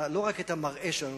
לא רק את המראה שלנו,